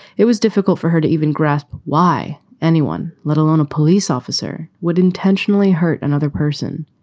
it was difficult for her to even grasp why anyone, let alone a police officer, would intentionally hurt another person,